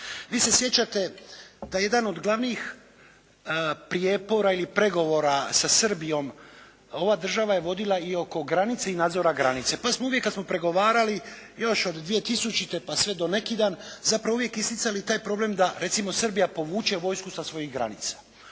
Vi se sjećate da jedan od glavnih prijepora ili pregovora sa Srbijom ova država je vodila i oko granice i nadzora granice, pa smo uvijek kad smo pregovarali još od 2000. pa sve do neki dan zapravo uvijek isticali taj problem da recimo Srbija povuče vojsku sa svojih granica.